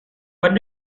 what